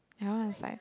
your one is like